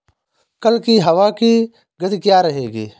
कल की हवा की गति क्या रहेगी?